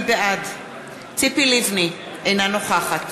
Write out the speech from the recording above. בעד ציפי לבני, אינה נוכחת